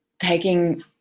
taking